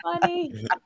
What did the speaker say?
funny